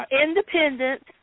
Independent